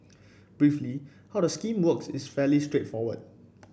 briefly how the scheme works is fairly straightforward